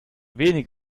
wenig